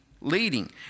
leading